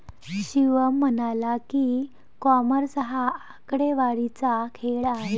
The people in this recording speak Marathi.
शिवम म्हणाला की, कॉमर्स हा आकडेवारीचा खेळ आहे